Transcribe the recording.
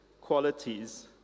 qualities